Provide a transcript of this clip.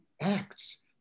Acts